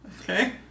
Okay